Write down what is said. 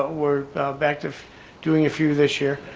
ah we're back to doing a few this year.